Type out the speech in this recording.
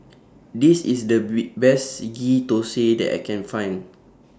This IS The Bee Best Ghee Thosai that I Can Find